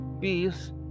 peace